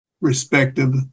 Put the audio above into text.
respective